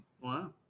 Wow